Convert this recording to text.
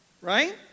right